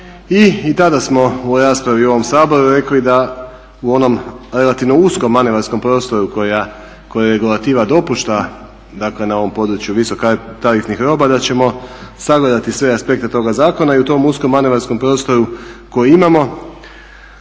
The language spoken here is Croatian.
i tada smo u raspravi u ovom Saboru rekli da u onom relativno uskom manevarskom prostoru koji regulativa dopušta … tarifnih roba da ćemo sagledati sve aspekte tog zakona i u tom uskom manevarskom prostoru koji imamo